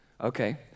okay